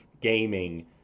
gaming